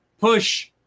push